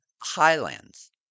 highlands